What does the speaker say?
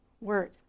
word